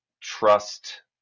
trust